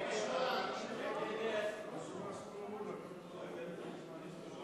ההצעה להסיר מסדר-היום את הצעת חוק מעונות-יום